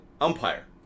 umpire